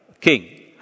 king